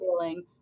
feeling